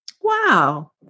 Wow